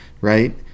right